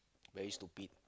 very stupid